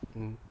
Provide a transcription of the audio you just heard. mm